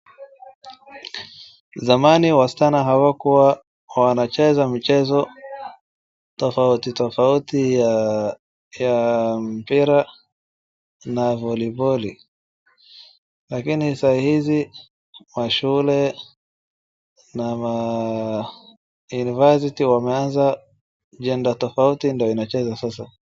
Zamani wasichana hawakuwa wanacheza michezo tofauti tofauti ya mpira na voliboli mashule na maunivasiti wameanza jenda tofauti ndo inacheza sasa